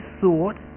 thought